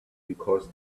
because